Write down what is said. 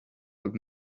but